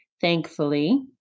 thankfully